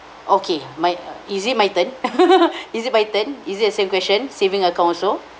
okay my uh is it my turn is it my turn is it the same question savings account also